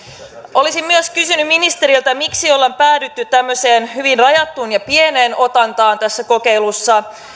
olisin myös kysynyt ministeriltä miksi ollaan päädytty tämmöiseen hyvin rajattuun ja pieneen otantaan tässä kokeilussa